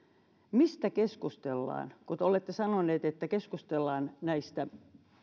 mistä keskustellaan te olette sanoneet että keskustellaan näistä